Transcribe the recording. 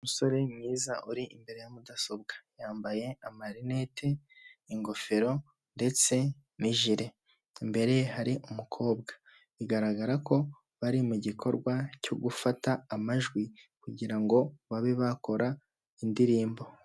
Umusore mwiza uri imbere ya mudasobwa yambaye amarinete, ingofero ndetse n'ijire, imbere hari umukobwa bigaragara ko bari mu gikorwa cyo gufata amajwi kugira ngo babe bakora indirimbo.